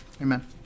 Amen